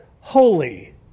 holy